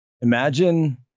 Imagine